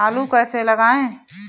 आलू कैसे लगाएँ?